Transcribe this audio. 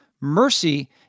Mercy